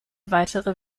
weitere